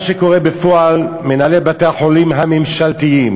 מה שקורה בפועל, מנהלי בתי-החולים הממשלתיים